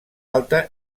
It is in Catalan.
alta